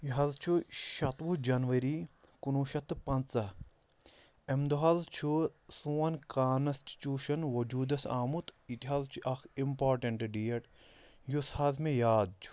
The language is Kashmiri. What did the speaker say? یہِ حظ چھُ شَتوُہ جنؤری کُنوُہ شَتھ تہٕ پنٛژاہ اَمہِ دۄہ حظ چھُ سون کانسٹِچوٗشَن وجوٗدس آمُت یہِ تہِ حظ چھُ اکھ اِمپاٹنٹ ڈیٹ یُس حظ مےٚ یاد چھُ